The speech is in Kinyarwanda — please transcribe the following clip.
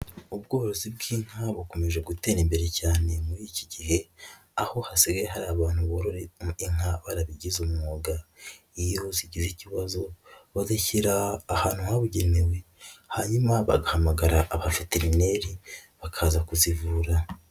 Ubworozi bw'inka bukomeje gutera imbere cyane muri iki gihe, aho hasigaye hari abantu borora inka barabigize umwuga, iyo zigira ikibazo bazishyira ahantu habugenewe, hanyuma bagahamagara abaveterineri bakaza kuzivura.